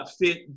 fit